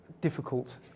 Difficult